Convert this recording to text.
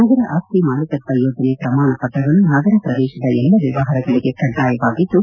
ನಗರ ಆಸ್ತಿ ಮಾಲೀಕತ್ವ ಯೋಜನೆ ಪ್ರಮಾಣ ಪತ್ರಗಳು ನಗರ ಪ್ರದೇಶದ ಎಲ್ಲ ವ್ಯವಹಾರಗಳಿಗೆ ಕಡ್ಡಾಯವಾಗಿದ್ದು